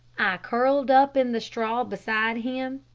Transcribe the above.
curled up in the straw beside him,